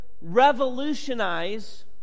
revolutionize